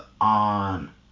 on